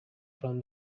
from